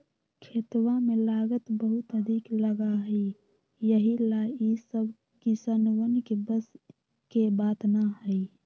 खेतवा में लागत बहुत अधिक लगा हई यही ला ई सब किसनवन के बस के बात ना हई